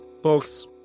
folks